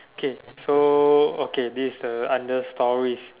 K so okay this is a under stories